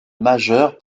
majeurs